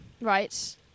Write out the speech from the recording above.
right